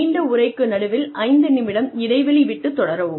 நீண்ட உரைக்கு நடுவில் ஐந்து நிமிடம் இடைவெளி விட்டு தொடரவும்